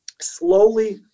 slowly